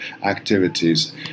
activities